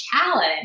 challenge